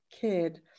Kid